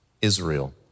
Israel